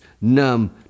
numb